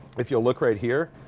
if you'll look right here,